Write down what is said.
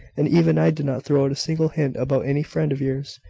and even i did not throw out a single hint about any friend of yours.